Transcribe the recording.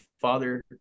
father